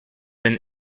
been